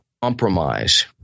compromise